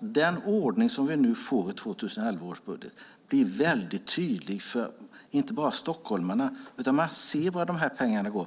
den ordning som vi nu får i 2011 års budget blir mycket tydlig för inte bara stockholmarna. Man ser vart dessa pengar går.